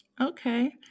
Okay